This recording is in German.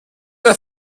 der